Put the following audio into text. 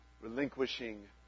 Relinquishing